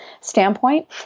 standpoint